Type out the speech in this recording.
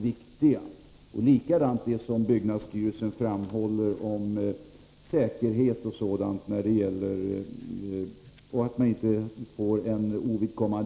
Vad byggnadsstyrelsen framhåller om t.ex. säkerhet är också viktigt att beakta.